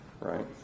right